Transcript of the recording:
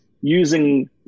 using